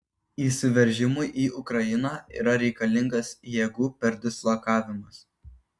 įsiveržimui į ukrainą yra reikalingas jėgų perdislokavimas